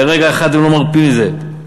לרגע אחד הם לא מרפים מזה.